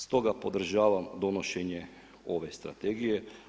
Stoga podržavam donošenje ove strategije.